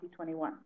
2021